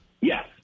Yes